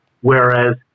Whereas